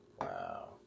Wow